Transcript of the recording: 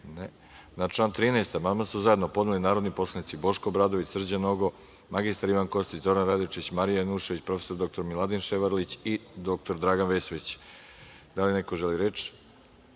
(Ne.)Na član 13. amandman su zajedno podneli narodni poslanici Boško Obradović, Srđan Nogo, mr Ivan Kostić, Zoran Radojčić, Marija Janjušević, prof. dr Miladin Ševarlić i dr Dragan Vesović. Da li neko želi reč? Reč